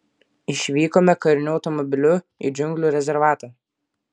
išvykome kariniu automobiliu į džiunglių rezervatą